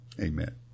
Amen